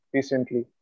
Recently